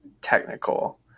technical